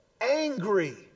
angry